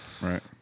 Right